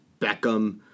Beckham